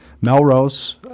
Melrose